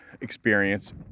experience